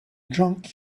drunk